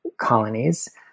colonies